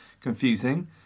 confusing